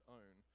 own